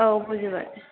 औ बुजिबाय